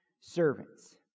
servants